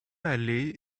allée